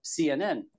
CNN